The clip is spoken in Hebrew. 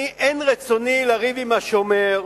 אין רצוני לריב עם השומר,